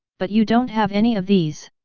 but you don't have any of these.